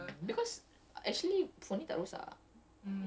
!huh! then like bye ya